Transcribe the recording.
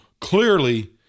clearly